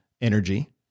energy